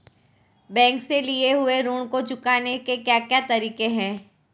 Bank से लिए हुए ऋण को चुकाने के क्या क्या तरीके हैं?